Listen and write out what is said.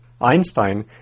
Einstein